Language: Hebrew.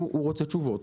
הוא רוצה תשובות.